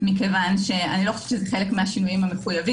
כי אני לא חושבת שזה חלק מהשינויים המחויבים.